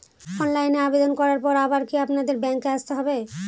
অনলাইনে আবেদন করার পরে আবার কি আপনাদের ব্যাঙ্কে আসতে হবে?